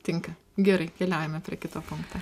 tinka gerai keliaujame prie kito punkto